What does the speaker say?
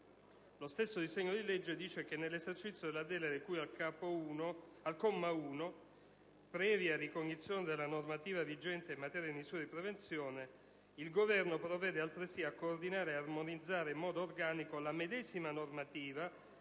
lo stesso disegno di legge dice che «nell'esercizio della delega di cui al comma 1, previa ricognizione della normativa vigente in materia di misure di prevenzione, il Governo provvede altresì a coordinare e armonizzare in modo organico la medesima normativa